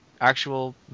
actual